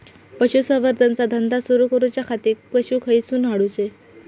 पशुसंवर्धन चा धंदा सुरू करूच्या खाती पशू खईसून हाडूचे?